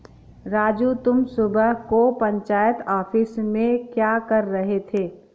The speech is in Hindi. राजू तुम सुबह को पंचायत ऑफिस में क्या कर रहे थे?